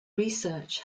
research